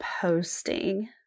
posting